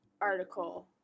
article